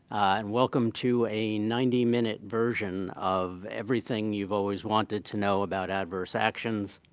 and welcome to a ninety minute version of everything you've always wanted to know about adverse actions,